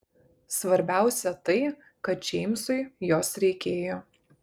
svarbiausia tai kad džeimsui jos reikėjo